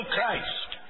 Christ